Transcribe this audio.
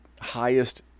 highest